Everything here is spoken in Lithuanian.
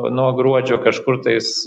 nuo gruodžio kažkur tais